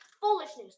Foolishness